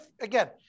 again